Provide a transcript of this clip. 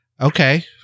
okay